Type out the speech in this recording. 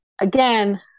Again